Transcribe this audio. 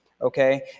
Okay